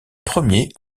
premier